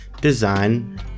design